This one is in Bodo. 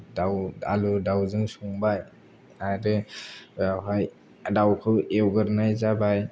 दाउ आलु दाउजों संबाय आरो बेयावहाय दाउखौ एवग्रोनाय जाबाय